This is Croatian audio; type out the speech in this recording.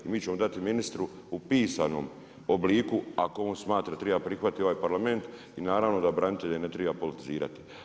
Mi ćemo dati ministru u pisanom obliku, ako on smatra da treba prihvatiti ovaj Parlament i naravno da branitelje ne treba politizirati.